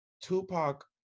Tupac